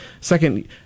Second